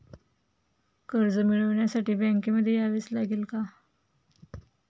कर्ज मिळवण्यासाठी बँकेमध्ये यावेच लागेल का?